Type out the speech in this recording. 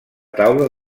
taula